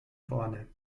vorne